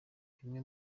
bimwe